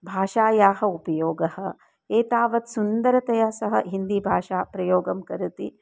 भाषायाः उपयोगः एतावत् सुन्दरतया सः हिन्दीभाषायाः प्रयोगं करोति